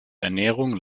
ernährung